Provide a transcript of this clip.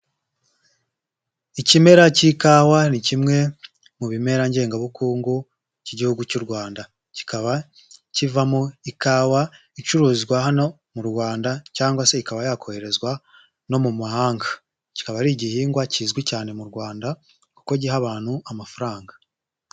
Ikimera k'ikawa ni kimwe mu bimera ngengabukungu k'Igihugu cy'u Rwanda kikaba kivamo ikawa icuruzwa hano mu Rwanda cyangwa se ikaba yakoherezwa no mu mahanga, kikaba ari igihingwa kizwi cyane mu Rwanda kuko giha abantu amafaranga.